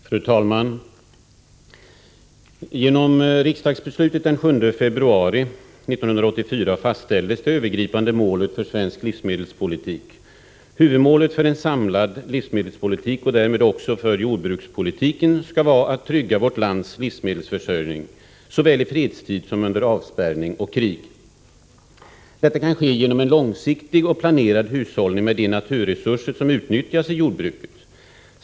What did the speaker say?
Fru talman! Genom riksdagsbeslutet den 7 februari 1984 fastställdes det övergripande målet för svensk livsmedelspolitik. Huvudmålet för en samlad livsmedelspolitik, och därmed också för jordbrukspolitiken, skall vara att trygga vårt lands livsmedelsförsörjning såväli fredstid som under avspärrning och krig. Detta kan ske genom en långsiktig och planerad hushållning med de naturresurser som utnyttjas i jordbruket.